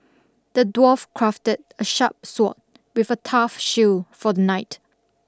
the dwarf crafted a sharp sword with a tough shield for the knight